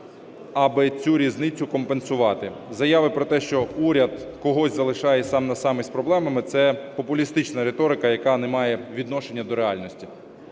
аби цю різницю компенсувати. Заяви про те, що уряд когось залишає сам-на-сам із проблемами – це популістична риторика, яка не має відношення до реальності.